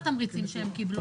לפי מה שאני קורא כרגע.